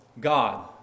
God